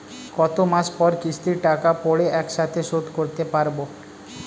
কত মাস পর কিস্তির টাকা পড়ে একসাথে শোধ করতে পারবো?